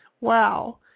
Wow